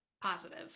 positive